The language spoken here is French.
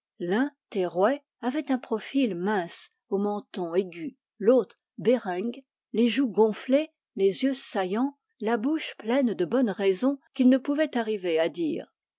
terrouet avait un profil mince au menton aigu l'autre bereng les joues gonflées les yeux saillants la bouche pleine de bonnes raisons qu'il ne pouvait arriver à dire